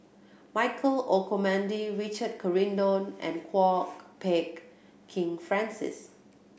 Michael Olcomendy Richard Corridon and Kwok Peng Kin Francis